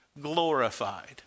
glorified